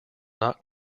not